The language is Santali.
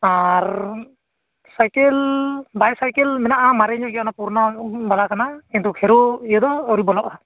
ᱟᱨ ᱥᱟᱭᱠᱮᱞ ᱵᱟᱭ ᱥᱟᱭᱠᱮᱞ ᱢᱮᱱᱟᱜᱼᱟ ᱢᱟᱨᱮ ᱧᱚᱜ ᱜᱮᱭᱟ ᱯᱩᱨᱚᱱᱚ ᱵᱟᱞᱟ ᱠᱟᱱᱟ ᱠᱤᱱᱛᱩ ᱦᱤᱨᱳ ᱤᱭᱟᱹ ᱫᱚ ᱟᱹᱣᱨᱤ ᱵᱚᱞᱚᱜᱼᱟ